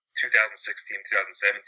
2016-2017